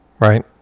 right